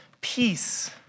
peace